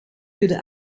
kudde